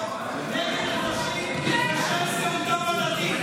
אייכלר וחבר הכנסת אשר נגד אנשים בשם זהותם הדתית.